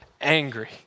angry